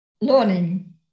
learning